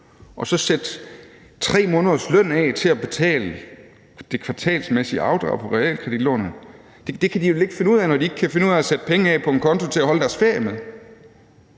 og så sætte 3 måneders løn af til at betale de kvartalsvise afdrag på realkreditlånet? Det kan de vel ikke finde ud af, når de ikke kan finde ud af at sætte penge af og ind på en konto til at holde deres ferie med?